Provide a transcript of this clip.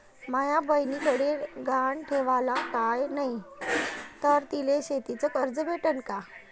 माया बयनीकडे गहान ठेवाला काय नाही तर तिले शेतीच कर्ज भेटन का?